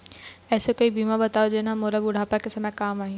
ऐसे कोई बीमा बताव जोन हर मोला बुढ़ापा के समय काम आही?